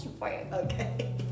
Okay